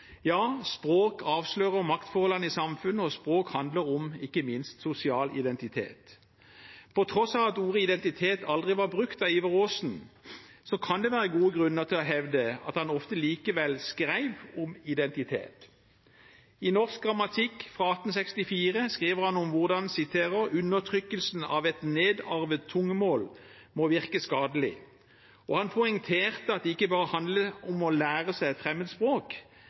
Ja, språk avslører maktforholdene i samfunnet, og språk handler ikke minst om sosial identitet. På tross av at ordet identitet aldri var brukt av Ivar Aasen, kan det være gode grunner til å hevde at han ofte likevel skrev om identitet. I Norsk Grammatik fra 1864 skriver han om hvordan undertrykkelsen av et nedarvet tungemål må virke skadelig, og han poengterte at det ikke bare handlet om å lære seg